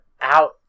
out